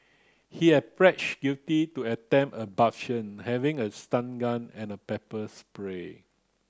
he had guilty to attempted abduction having a stun gun and a pepper spray